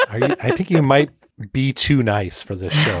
i think you might be too nice for the show.